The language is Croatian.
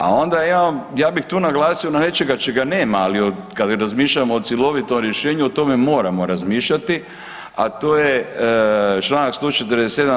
A onda imamo, ja bih tu naglasio na nečega čega nema, ali kad razmišljamo o cjelovitom rješenju, o tome moramo razmišljati a to je čl. 147.